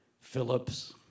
Phillip's